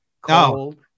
cold